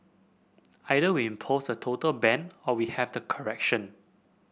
either we impose a total ban or we have the correction